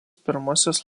pirmasis